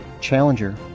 Challenger